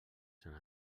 sant